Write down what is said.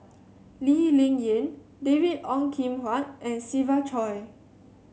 Lee Ling Yen David Ong Kim Huat and Siva Choy